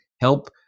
help